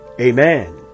amen